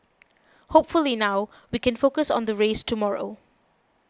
hopefully now we can focus on the race tomorrow